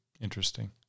Interesting